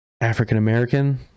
African-American